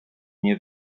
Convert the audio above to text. nie